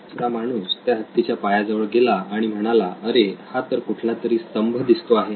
दुसरा माणूस त्या हत्तीच्या पाया जवळ गेला आणि म्हणाला अरे हा तर कुठलातरी स्तंभ दिसतो आहे